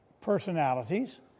personalities